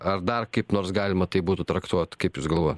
ar dar kaip nors galima tai būtų traktuot kaip jūs galvojat